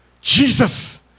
Jesus